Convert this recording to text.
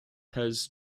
has